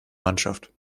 mannschaft